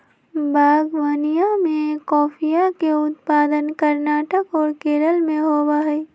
बागवनीया में कॉफीया के उत्पादन कर्नाटक और केरल में होबा हई